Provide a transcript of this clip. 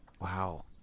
Wow